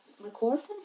recording